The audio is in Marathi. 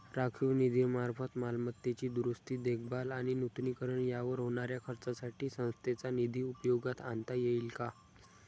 राखीव निधीमार्फत मालमत्तेची दुरुस्ती, देखभाल आणि नूतनीकरण यावर होणाऱ्या खर्चासाठी संस्थेचा निधी उपयोगात आणता येईल का?